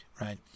right